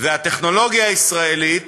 והטכנולוגיה הישראלית,